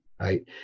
right